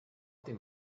dem